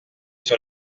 sur